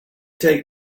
take